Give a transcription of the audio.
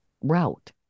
route